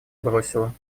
бросила